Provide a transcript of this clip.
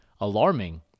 alarming